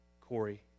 Corey